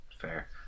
Fair